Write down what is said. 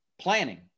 planning